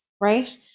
right